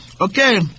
Okay